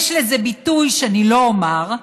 יש לזה ביטוי שאני לא אומר,